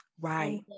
Right